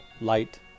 light